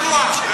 שבועיים.